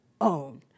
own